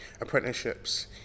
apprenticeships